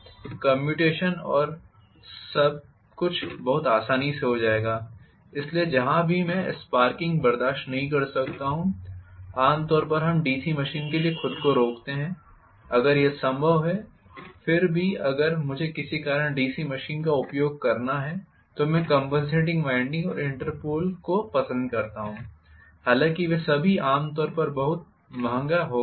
commutation और सब कुछ बहुत आसानी से हो जाएगा इसलिए जहां भी मैं स्पार्किंग बर्दाश्त नहीं कर सकता हूं आम तौर पर हम डीसी मशीन के लिए खुद को रोकते हैं अगर यह संभव है फिर भी अगर मुझे किसी कारण डीसी मशीन का उपयोग करना है तो मैं कॅंपनसेटिंग वाइंडिंग और इंटरपोल को पसंद कर सकता हूं हालांकि वे सभी आम तौर पर बहुत महंगा हो गए थे